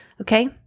Okay